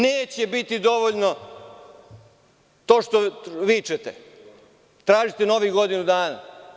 Neće biti dovoljno to što vičete, tražite novih godinu dana.